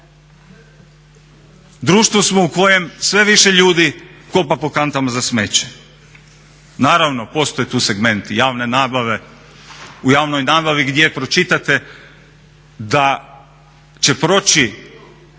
Društvo smo u kojem sve više ljudi kopa po kantama za smeće. Naravno postoji tu segment i javne nabave, u javnoj nabavi gdje pročitate da će proći